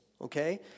okay